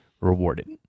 rewarded